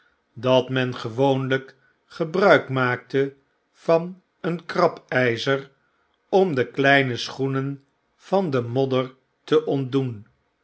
dat men gewoonlyk gebruik maakte van een krabyzer om de kleine schoenen van de modder te ontdoen